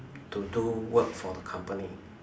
to do work for the company